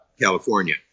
California